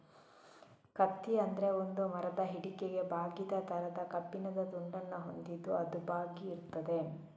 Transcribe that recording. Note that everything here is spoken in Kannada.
ಕತ್ತಿ ಅಂದ್ರೆ ಒಂದು ಮರದ ಹಿಡಿಕೆಗೆ ಬಾಗಿದ ತರದ ಕಬ್ಬಿಣದ ತುಂಡನ್ನ ಹೊಂದಿದ್ದು ಅದು ಬಾಗಿ ಇರ್ತದೆ